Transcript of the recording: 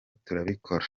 turabikora